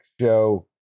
show